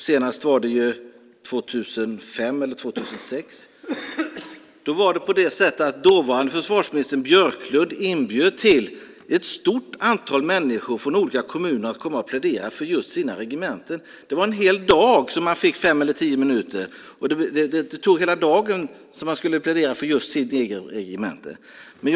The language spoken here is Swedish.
Senast var det 2005 eller 2006. Då inbjöd dåvarande försvarsministern Björklund ett stort antal människor från olika kommuner att komma och plädera för just sina regementen. Det var under en hel dag som de fick fem eller tio minuter. Det tog hela dagen att plädera för just de egna regementena.